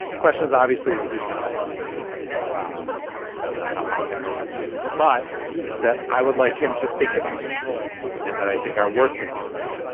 the questions obviously that he cannot answer because that's not how podcasts work but that i would like him to think about and that i think are worth thinking about.